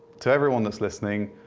to everyone that's listening,